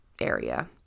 area